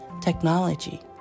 technology